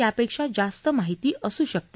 यापेक्षा जास्त माहिती असू शकते